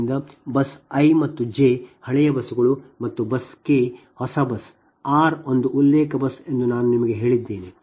ಆದ್ದರಿಂದ bus I ಮತ್ತು J ಹಳೆಯ ಬಸ್ಸುಗಳು ಮತ್ತು ಕೆ ಹೊಸ ಬಸ್ ಮತ್ತು ಆರ್ ಒಂದು ಉಲ್ಲೇಖ ಬಸ್ ಎಂದು ನಾನು ನಿಮಗೆ ಹೇಳಿದ್ದೇನೆ